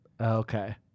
Okay